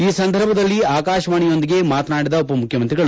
ಈ ಸಂದರ್ಭದಲ್ಲಿ ಆಕಾಶವಾಣಿಯೊಂದಿಗೆ ಮಾತನಾಡಿದ ಉಪಮುಖ್ಯಮಂತ್ರಿಗಳು